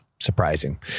surprising